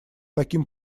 таким